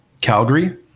Calgary